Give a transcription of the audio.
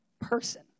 person